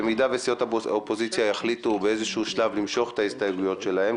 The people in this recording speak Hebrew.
במידה שסיעות האופוזיציה יחליטו באיזשהו שלב למשוך את ההסתייגות שלהן,